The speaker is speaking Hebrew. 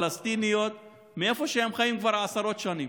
הפלסטיניות מאיפה שהן חיות כבר עשרות שנים.